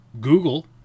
Google